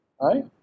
right